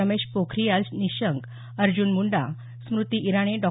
Ramesh Pokhriyal Nishank Arjun Munda Smriti Irani Dr